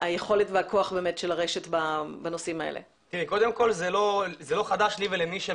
כל נושא בעלי החיים לא חדש למישל